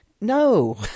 no